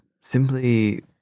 simply